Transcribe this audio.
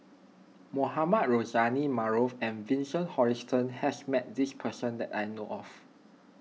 Mohamed Rozani Maarof and Vincent Hoisington has met this person that I know of